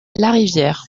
larivière